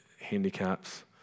handicaps